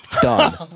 done